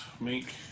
make